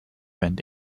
bend